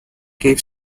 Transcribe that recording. cave